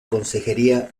consejería